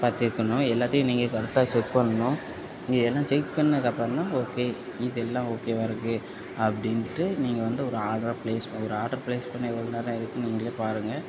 பார்த்துக்கணும் எல்லாத்தையும் நீங்கள் கரெக்டாக செக் பண்ணணும் நீங்கள் எல்லாம் செக் பண்ணதுக்கப்புறந்தான் ஓகே இதெல்லாம் ஓகேவாக இருக்கு அப்படின்ட்டு நீங்கள் வந்து ஒரு ஆட்ர ப்ளேஸ் ப ஒரு ஆர்டர் ப்ளேஸ் பண்ண எவ்வளோ நேரம் ஆயிருக்குன்னு நீங்களே பாருங்கள்